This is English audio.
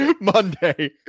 Monday